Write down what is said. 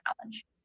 challenge